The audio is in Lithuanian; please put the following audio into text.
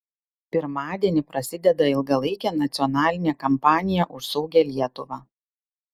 pirmadienį prasideda ilgalaikė nacionalinė kampanija už saugią lietuvą